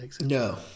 No